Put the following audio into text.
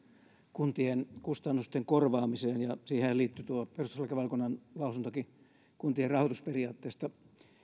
kuntien kustannusten korvaamiseen ja siihenhän liittyy tuo perustuslakivaliokunnan lausuntokin kuntien rahoitusperiaatteesta